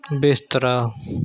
ਬਿਸਤਰਾ